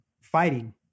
fighting